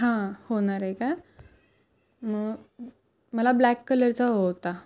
हां होणारे का मग मला ब्लॅक कलरचा हवा होता